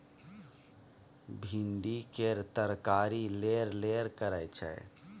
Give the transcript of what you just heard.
भिंडी केर तरकारी लेरलेर करय छै